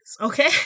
okay